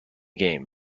game